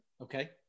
Okay